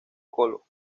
colo